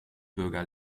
bürger